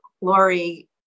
Lori